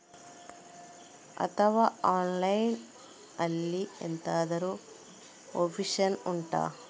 ಅಥವಾ ಆನ್ಲೈನ್ ಅಲ್ಲಿ ಎಂತಾದ್ರೂ ಒಪ್ಶನ್ ಉಂಟಾ